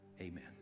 amen